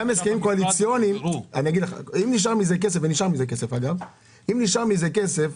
ונשאר מזה כסף,